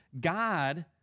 God